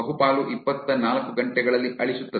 ಬಹುಪಾಲು ಇಪ್ಪತ್ತನಾಲ್ಕು ಗಂಟೆಗಳಲ್ಲಿ ಅಳಿಸುತ್ತದೆ